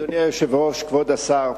אדוני היושב-ראש, כבוד השר,